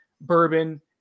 bourbon